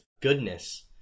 goodness